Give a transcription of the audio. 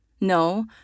No